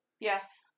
Yes